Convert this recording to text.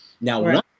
Now